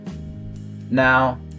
now